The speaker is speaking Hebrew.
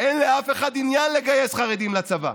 אין לאף אחד עניין לגייס חרדים לצבא.